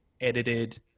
edited